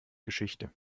geschichte